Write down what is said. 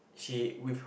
she with